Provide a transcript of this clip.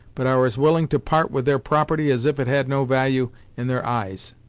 but are as willing to part with their property as if it had no value in their eyes.